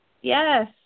Yes